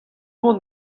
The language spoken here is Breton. mont